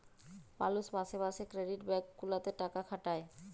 মালুষ মাসে মাসে ক্রেডিট ব্যাঙ্ক গুলাতে টাকা খাটাতে